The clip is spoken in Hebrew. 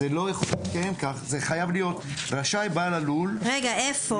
זה חייב להיות רשאי בעל הלול לאכלס.